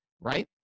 Right